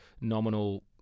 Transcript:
nominal